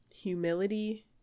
humility